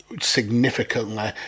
significantly